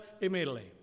immediately